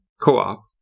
co-op